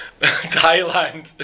Thailand